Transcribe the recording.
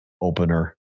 opener